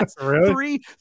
Three